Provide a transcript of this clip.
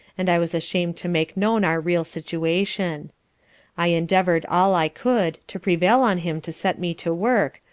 and i was ashamed to make known our real situation i endeavoured all i could to prevail on him to set me to work,